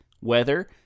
weather